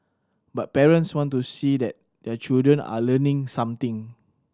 but parents want to see that their children are learning something